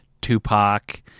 Tupac